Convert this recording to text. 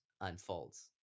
unfolds